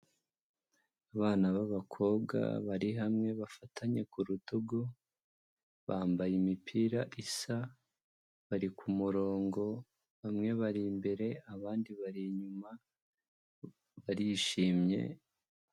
Abana b'abakobwa bari hamwe bafatanye ku rutugu, bambaye imipira isa, bari ku murongo, bamwe bari imbere abandi bari inyuma, barishimye.